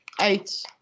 eight